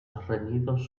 reñidos